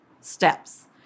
steps